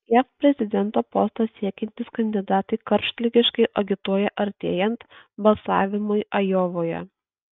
jav prezidento posto siekiantys kandidatai karštligiškai agituoja artėjant balsavimui ajovoje